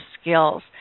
skills